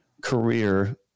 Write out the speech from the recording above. career